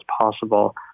possible